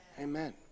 Amen